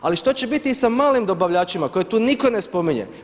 Ali što će biti i sa malim dobavljačima koje tu nitko ne spominje?